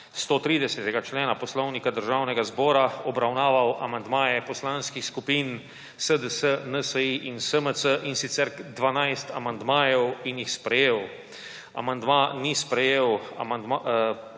130. člena Poslovnika Državnega zbora obravnaval amandmaje poslanskih skupin SDS, NSi in SMC, in sicer 12 amandmajev, in jih sprejel. Odbor ni sprejel